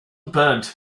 burned